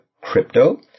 crypto